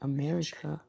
America